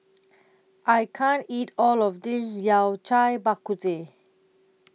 I can't eat All of This Yao Cai Bak Kut Teh